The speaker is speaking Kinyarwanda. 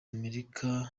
amerika